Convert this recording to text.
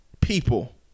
people